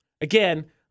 Again